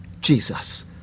Jesus